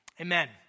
Amen